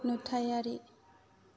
नुथायारि